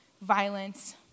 violence